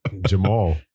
Jamal